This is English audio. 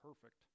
perfect